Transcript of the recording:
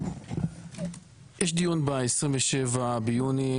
יש דיון ב-27 ביוני,